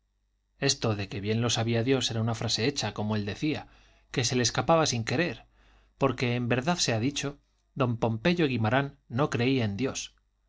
esto de que bien lo sabía dios era una frase hecha como él decía que se le escapaba sin querer porque en verdad sea dicho don pompeyo guimarán no creía en dios no